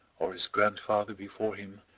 or his grandfather before him,